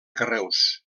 carreus